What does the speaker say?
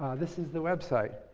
this is the website.